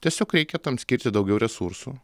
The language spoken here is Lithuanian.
tiesiog reikia tam skirti daugiau resursų